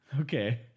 Okay